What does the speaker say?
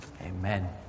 Amen